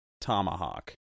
tomahawk